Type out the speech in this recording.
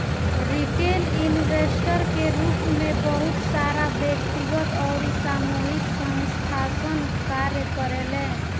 retail investor के रूप में बहुत सारा व्यक्तिगत अउरी सामूहिक संस्थासन कार्य करेले